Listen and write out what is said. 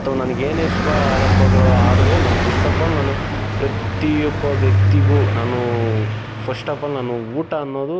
ಅಥವಾ ನನ್ಗೆ ಏನೇ ಶುಭ ಆರಂಭಗಳು ಆದರೂ ನಾನು ಫಸ್ಟ್ ಆಫ್ ಆಲ್ ನಾನು ಪ್ರತಿಯೊಬ್ಬ ವ್ಯಕ್ತಿಗೂ ನಾನು ಫಸ್ಟ್ ಆಫ್ ಆಲ್ ನಾನು ಊಟ ಅನ್ನೋದು